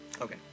Okay